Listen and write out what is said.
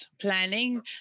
planning